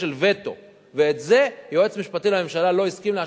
אפס נקודות, ואת זה היועץ המשפטי לממשלה לא מאשר.